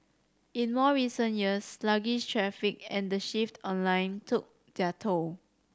in more recent years sluggish traffic and the shift online took their toll